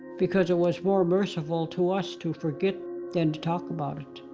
because it was more merciful to us to forget than to talk about it.